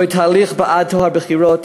זהו תהליך בעד טוהר הבחירות,